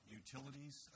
utilities